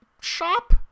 shop